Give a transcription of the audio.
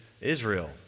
Israel